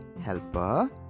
helper